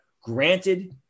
Granted